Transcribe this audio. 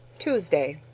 tuesday.